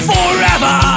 Forever